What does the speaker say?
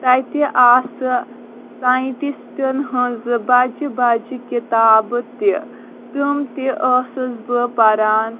تَتہِ آسہٕ ساینٹسٹن ہنٛزٕ بَجہِ بَجہِ کِتابہٕ تہِ تِم تہِ ٲسٕس بہٕ پَران